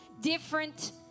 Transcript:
different